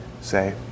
say